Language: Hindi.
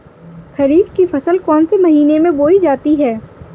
खरीफ की फसल कौन से महीने में बोई जाती है?